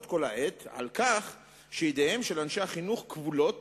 כל העת על כך שידיהם של אנשי החינוך כבולות